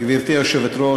גברתי היושבת-ראש,